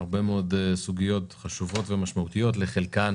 הרבה מאוד סוגיות ומשמעותיות, לחלקן